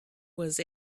was